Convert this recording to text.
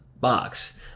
box